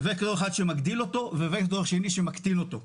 וקטור אחד שמגדיל אותו, ווקטור שני שמקטין אותו.